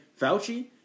Fauci